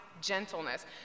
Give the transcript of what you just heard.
gentleness